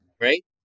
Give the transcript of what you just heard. right